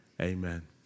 Amen